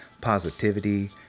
positivity